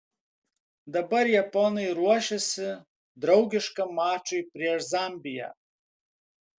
dabar japonai ruošiasi draugiškam mačui prieš zambiją